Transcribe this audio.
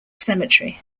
cemetery